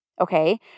Okay